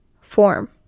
form